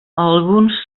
alguns